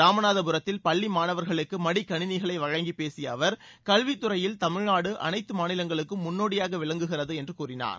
ராமநாதபுரத்தில் பள்ளி மாணவர்களுக்கு மடிக் கணினிகளை வழங்கிப் பேசிய அவர் கல்வித் துறையில் தமிழ்நாடு அனைத்து மாநிலங்களுக்கும் முன்னோடியாக விளங்குகிறது என்று கூறினார்